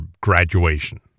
graduation